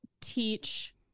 teach